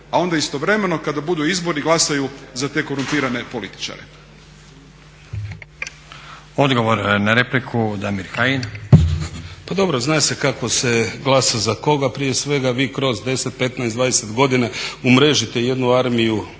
a onda istovremeno kada budu izbori glasaju za te korumpirane političare. **Stazić, Nenad (SDP)** Odgovor na repliku, Damir Kajin. **Kajin, Damir (ID - DI)** Pa dobro, zna se kako se glasa za koga, prije svega vi kroz 10, 15, 20 godina umrežite jednu armiju